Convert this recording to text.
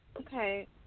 Okay